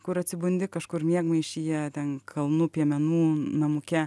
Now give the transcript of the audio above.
kur atsibundi kažkur miegmaišyje ten kalnų piemenų namuke